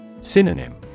Synonym